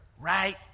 Right